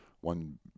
one